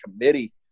committee